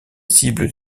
cibles